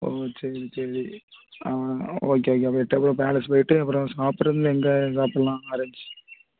ஓ சரி சரி ஆ ஓகே ஓகே அப்போ எட்டயபுரம் பேலஸ் போய்ட்டு அப்புறம் சாப்பிட்றது வந்து எங்கே சாப்பிட்லாம் அரேஞ்ச்